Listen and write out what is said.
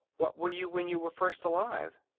what were you when you were first alive?